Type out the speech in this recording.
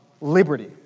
liberty